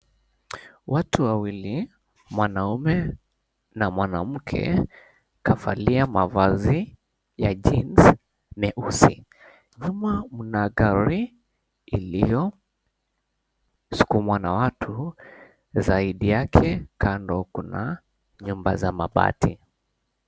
Watu wawili, mwanaume na mwanamke kavalia mavazi ya jeans meusi. Nyuma mna gari iliyosukumwa na watu, zaidi yake kando kuna nyumba za mabati.